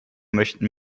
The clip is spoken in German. möchten